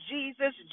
Jesus